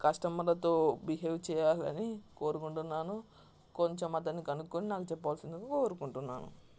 కస్టమర్లతో బిహేవ్ చేయాలని కోరుకుంటున్నాను కొంచెం అతన్ని కనుక్కొని నాకు చెప్పవలసిందిగా కోరుకుంటున్నాను